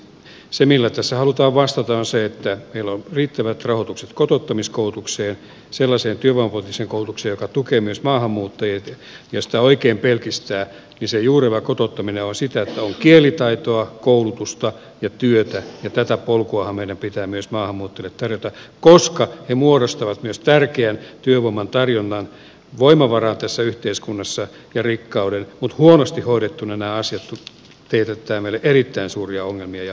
se millä tässä halutaan vastata on syytä iloon riittävät rahoitukset kotouttamiskoulutukseen sellaiseen kiva vuotisen kouluksi joka tukee myös maahanmuuttajille mistä oikein virkistää pisin juureva kotouttaminen on sitä on kielitaitoa koulutusta ja työtä ja tätä polkuahan meidän pitää myös maahanmuuttajat erota koska ne muodostavat tärkeän työvoiman tarjonnan voimavaran tässä yhteiskunnassa ja rikkauden mutta huonosti hoidettunanä asettui kiertämällä erittäin suuria ongelmia ja